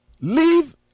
Leave